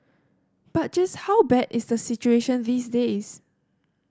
but just how bad is the situation these days